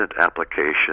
application